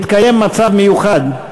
מתקיים מצב מיוחד,